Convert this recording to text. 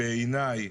בעיניי